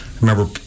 remember